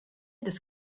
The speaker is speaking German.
des